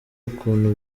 ukuntu